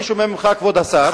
אני שומע ממך, כבוד השר,